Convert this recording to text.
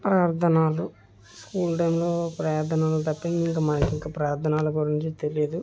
అర్ధనాలు school time లో ప్రార్థనలు తప్ప ఇంకా ఇంకా ప్రార్థనాలు గూర్చి తెలీదు